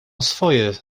swoje